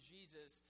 Jesus